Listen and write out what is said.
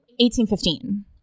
1815